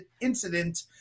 incident